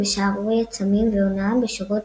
ושערוריית סמים והונאה בשורות